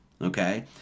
Okay